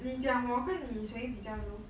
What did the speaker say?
你讲我跟你谁比较 low